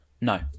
No